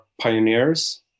pioneers